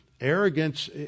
Arrogance